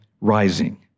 rising